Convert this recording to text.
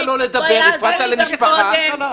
הוא היה הזוי גם קודם,